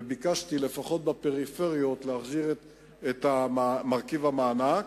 ביקשתי, לפחות בפריפריה, להחזיר את מרכיב המענק,